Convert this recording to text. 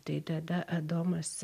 tai tada adomas